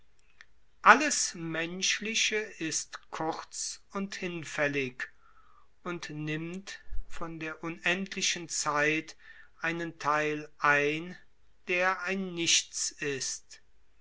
alles menschliche ist kurz und hinfällig und nimmt von der unendlichen zeit einen theil ein der ein nichts ist